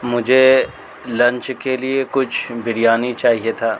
مجھے لنچ کے لیے کچھ بریانی چاہیے تھا